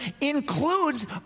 includes